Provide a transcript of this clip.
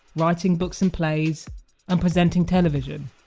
writing books and plays and presenting television,